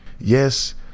Yes